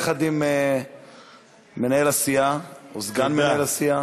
את מפריעה יחד עם מנהל הסיעה או סגן מנהל הסיעה.